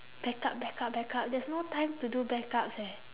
backup backup backup there's no time to do backups eh